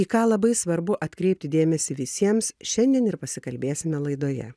į ką labai svarbu atkreipti dėmesį visiems šiandien ir pasikalbėsime laidoje